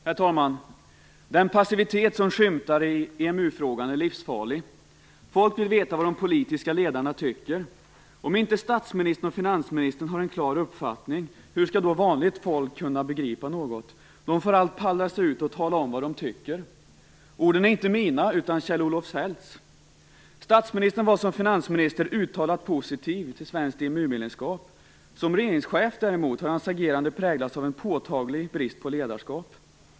Herr talman! "Den passivitet som skymtar i EMU frågan är livsfarlig. Folk vill veta vad de politiska ledarna tycker. Om inte statsministern och finansministern har en klar uppfattning, hur ska då vanligt folk kunna begripa något? De får allt pallra sig ut och tala om vad de tycker." Orden är inte mina, utan Kjell Statsministern var som finansminister uttalat positiv till svenskt EMU-medlemskap. Som regeringschef däremot har hans agerande präglats av en påtaglig brist på ledarskap.